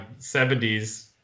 70s